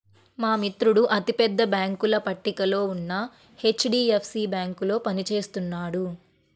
మా మిత్రుడు అతి పెద్ద బ్యేంకుల పట్టికలో ఉన్న హెచ్.డీ.ఎఫ్.సీ బ్యేంకులో పని చేస్తున్నాడు